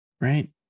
right